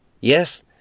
Yes